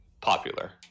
popular